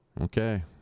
Okay